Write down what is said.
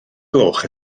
gloch